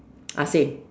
ah same